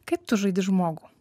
kaip tu žaidi žmogų